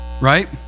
right